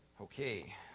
Okay